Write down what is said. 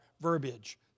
verbiage